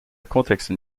contexte